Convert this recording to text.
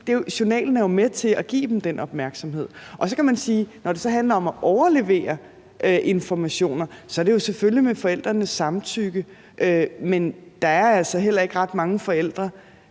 journalen er jo med til at give dem den opmærksomhed. Og så kan man sige, at når det så handler om at overlevere informationer, er det jo selvfølgelig med forældrenes samtykke, men der er altså heller ikke ret mange forældre,